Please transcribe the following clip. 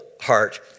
heart